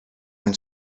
when